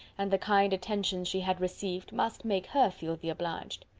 and the kind attentions she had received, must make her feel the obliged.